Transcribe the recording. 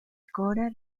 cora